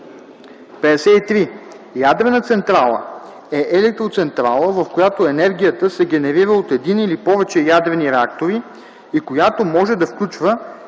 53. „Ядрена централа” е електроцентрала, в която енергията се генерира от един или повече ядрени реактори и която може да включва